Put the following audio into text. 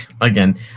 again